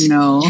no